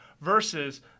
Versus